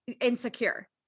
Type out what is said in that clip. insecure